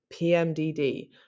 PMDD